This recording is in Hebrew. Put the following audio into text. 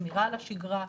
שמירה על השגרה,